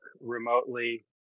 remotely